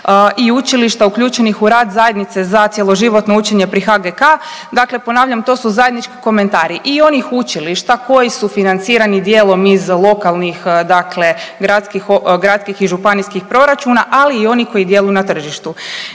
i učilišta uključenih u rad zajednice za cjeloživotno učenje pri HGK, dakle ponavljam to su zajednički komentari i onih učilišta koji su financirani dijelom iz lokalnih, dakle gradskih i županijskih proračuna, ali i oni koji djeluju na tržištu.